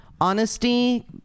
Honesty